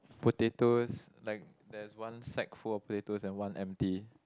potatoes like there's one sack full of potatoes and one empty